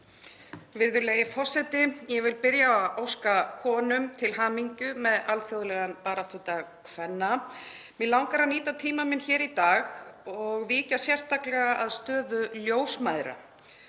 Virðulegi forseti. Ég vil byrja á að óska konum til hamingju með alþjóðlegan baráttudag kvenna. Mig langar að nýta tíma minn hér í dag og víkja sérstaklega að stöðu ljósmæðra.